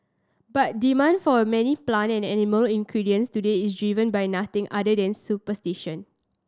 but demand for many plant and animal ingredients today is by nothing other than superstition